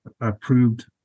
approved